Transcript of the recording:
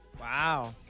Wow